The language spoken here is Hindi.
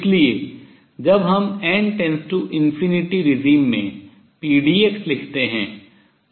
इसलिए जब हम n→ ∞ regime व्यवस्था में pdx लिखते हैं